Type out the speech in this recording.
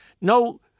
no